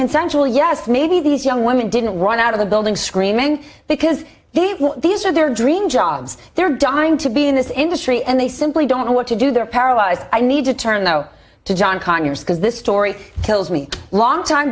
consensual yes maybe these young women didn't run out of the building screaming because these are their dream jobs they're dying to be in this industry and they simply don't know what to do they're paralyzed i need to turn to john conyers because this story kills me longtime